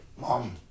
Mom